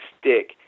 stick